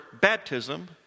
baptism